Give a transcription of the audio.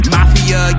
Mafia